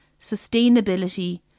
sustainability